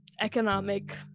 economic